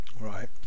Right